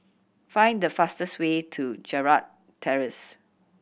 find the fastest way to Gerald Terrace